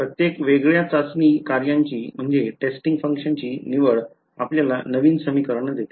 प्रत्येक वेगळ्या चाचणी कार्याची निवड आपल्याला नवीन समीकरण देते